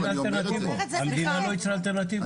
תן לנו אלטרנטיבות.